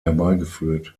herbeigeführt